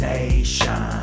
Nation